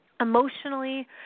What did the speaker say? emotionally